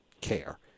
care